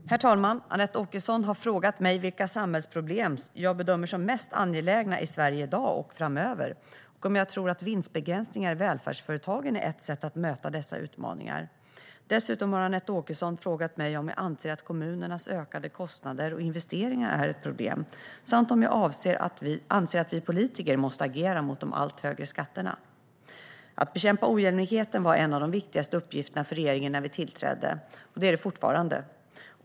Svar på interpellationer Herr talman! Anette Åkesson har frågat mig vilka samhällsproblem jag bedömer som mest angelägna i Sverige i dag och framöver och om jag tror att vinstbegränsningar i välfärdsföretagen är ett sätt att möta dessa utmaningar. Dessutom har Anette Åkesson frågat mig om jag anser att kommunernas ökade kostnader och investeringar är ett problem, samt om jag anser att vi politiker måste agera mot de allt högre skatterna. Att bekämpa ojämlikheten var en av de viktigaste uppgifterna för regeringen när vi tillträdde. Det är det fortfarande.